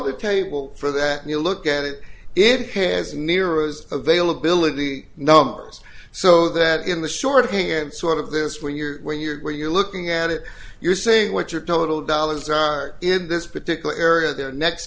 the table for that and you look at it it has nero's availability numbers so that in the short of can sort of this where you're where you're where you're looking at it you're saying what your total dollars are in this particular area there next